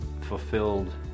fulfilled